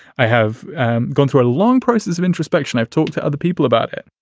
i have gone through a long process of introspection. i've talked to other people about it.